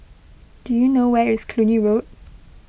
do you know where is Cluny Road